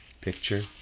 picture